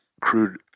crude